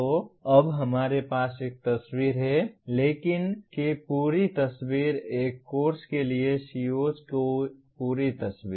तो अब हमारे पास एक तस्वीर है लेखन की पूरी तस्वीर एक कोर्स के लिए COs की पूरी तस्वीर